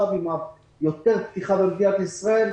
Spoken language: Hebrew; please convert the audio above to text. עם המדיניות של יותר פתיחות במדינת ישראל,